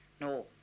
no